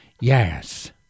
Yes